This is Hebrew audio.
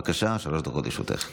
בבקשה, שלוש דקות לרשותך.